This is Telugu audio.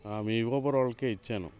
మీ ఊబర్ వాళ్లకు ఇచ్చాను